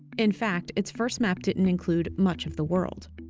in fact, its first map didn't include much of the world.